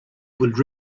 would